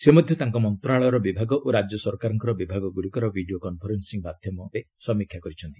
ସେ ମଧ୍ୟ ତାଙ୍କ ମନ୍ତ୍ରଣାଳୟର ବିଭାଗ ଓ ରାଜ୍ୟ ସରକାରଙ୍କର ବିଭାଗଗୁଡ଼ିକର ଭିଡ଼ିଓ କନ୍ଫରେନ୍ସିଂ ମାଧ୍ୟମରେ ସମୀକ୍ଷା କରିଛନ୍ତି